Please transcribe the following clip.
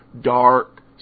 dark